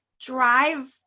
drive